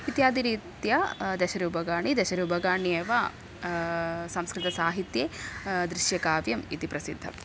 इत्यादिरीत्या दशरूपकाणि दशरूपकाण्येव संस्कृतसाहित्ये दृश्यकाव्यम् इति प्रसिद्धम्